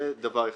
זה דבר אחד.